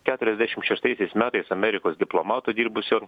keturiasdešimt šeštaisiais metais amerikos diplomato dirbusio